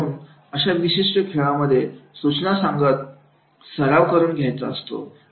म्हणून अशा विशिष्ट खेळामध्ये सूचना सांगत सांगत सराव करून घ्यायचा असतो